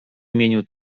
imieniu